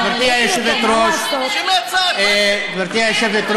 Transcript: שישיב מהצד, מה זה?